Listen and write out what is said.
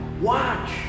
Watch